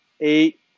eight